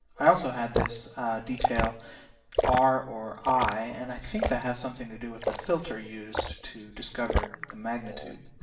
i also have this other detail r or i and i think that has something to do with the filter used to discover the magnitude.